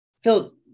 Phil